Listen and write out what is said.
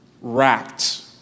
racked